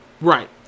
Right